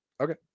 okay